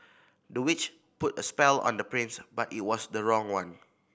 the witch put a spell on the prince but it was the wrong one